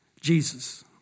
Jesus